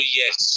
yes